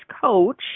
coach